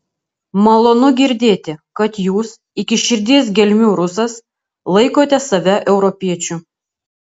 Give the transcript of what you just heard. malonu girdėti kad jūs iki širdies gelmių rusas laikote save europiečiu